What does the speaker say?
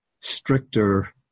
stricter